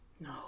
No